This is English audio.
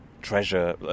treasure